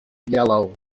yellow